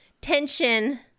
tension